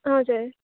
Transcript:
हजुर